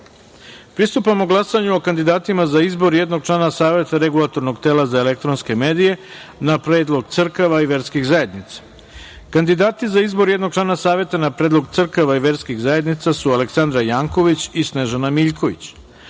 Zekić. Pristupamo glasanju o kandidatima za izbor jednog člana Saveta Regulatornog tela za elektronske medije na predlog crkava i verskih zajednica. Kandidati za izbor jednog člana Saveta na predlog crkava i verskih zajednica su Aleksandra Janković i Snežana Miljković. Pošto